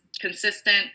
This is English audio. consistent